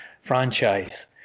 franchise